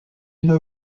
une